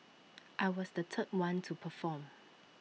I was the third one to perform